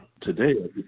today